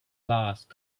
last